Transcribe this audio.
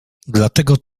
dlatego